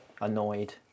annoyed